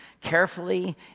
carefully